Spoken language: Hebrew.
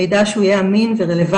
מידע שהוא יהיה אמין ורלוונטי.